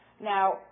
Now